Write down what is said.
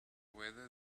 weather